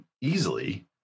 easily